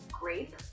grape